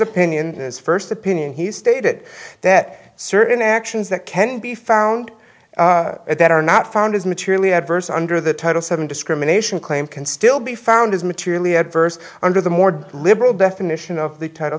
opinion his first opinion he stated that certain actions that can be found at that are not found is materially adverse under the title seven discrimination claim can still be found is materially adverse under the more liberal definition of t